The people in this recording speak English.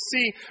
see